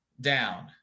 down